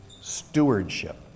stewardship